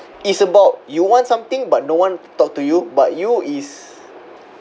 it's about you want something but no one talk to you but you is